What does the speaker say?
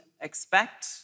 expect